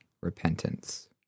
repentance